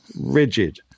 rigid